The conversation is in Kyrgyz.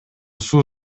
суу